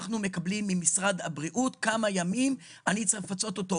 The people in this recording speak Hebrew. אנחנו מקבלים ממשרד הבריאות כמה ימים אני צריך לפצות אותו,